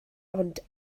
ond